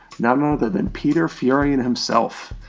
none none other than peter furian himself!